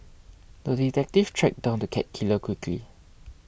the detective tracked down the cat killer quickly